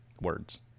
words